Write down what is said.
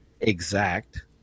exact